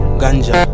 ganja